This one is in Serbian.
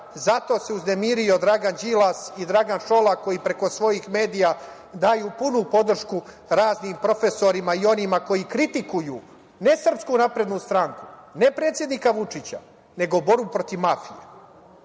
Zato se uznemirio Dragan Đilas i Dragan Šolak koji preko svojih medija daju punu podršku raznim profesorima i onima koji kritikuju ne SNS, ne predsednika Vučića, nego borbu protiv mafije. Pa,